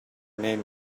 name